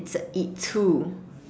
it's a it too